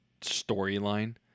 storyline